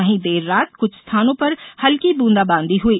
वहीं देर रात कुछ स्थानों पर हल्की बूंदा बांदी हुई